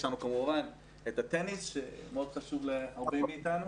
לנו כמובן את הטניס שמאוד חשוב להרבה מאיתנו.